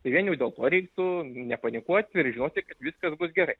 tai vien jau dėl to reiktų nepanikuoti ir žinoti kad viskas bus gerai